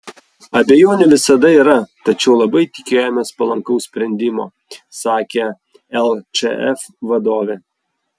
abejonių visada yra tačiau labai tikėjomės palankaus sprendimo sakė lčf vadovė